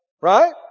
Right